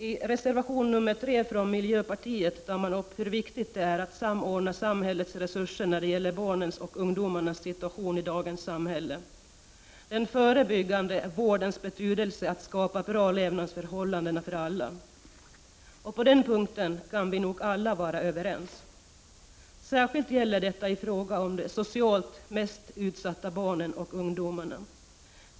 I reservation nr 3 från miljöpartiet tar man upp hur viktigt det är att samordna samhällets resurser när det gäller barnens och ungdomarnas situation i dagens samhälle samt den förebyggande vårdens betydelse när det gäller att skapa bra levnadsförhållanden för alla. På den punkten kan vi nog alla vara överens. Särskilt gäller detta i fråga om de socialt mest utsatta barnen och ungdomarna.